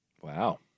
Wow